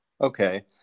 Okay